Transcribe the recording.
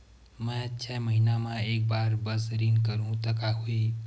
मैं छै महीना म एक बार बस ऋण करहु त का होही?